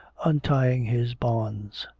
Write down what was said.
untying his bonds.